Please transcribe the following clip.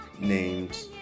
named